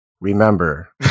Remember